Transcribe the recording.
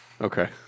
Okay